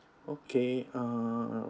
okay um